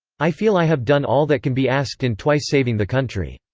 i feel i have done all that can be asked in twice saving the country.